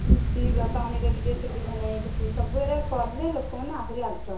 ପିଇବା ପାଣିର ଟିକେ ସୁବିଧା ନାହିଁ ସେହିଠି ସବୁ ଏହି ଗୁଡ଼ାକ କରିଲେ ଲୋକମାନେ ଆହୁରି ଆଗ୍ରହ ହେବେ